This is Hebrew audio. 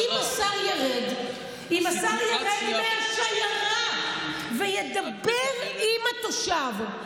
ואם השר ירד מהשיירה וידבר עם התושב,